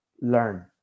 learn